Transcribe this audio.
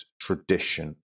tradition